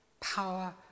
Power